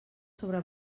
sobre